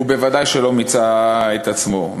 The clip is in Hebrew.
וודאי שהוא לא מיצה את עצמו.